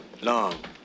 Long